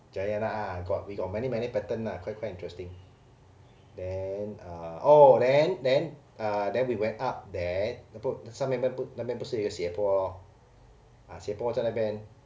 giant ah got we got many many pattern lah quite quite interesting then uh oh then then uh then we went up there the 坡 the summit put 那边不是有一个斜坡斜坡在那边